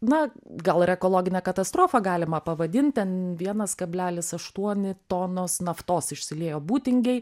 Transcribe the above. na gal ir ekologine katastrofa galima pavadint ten vienas kablelis aštuoni tonos naftos išsiliejo būtingėj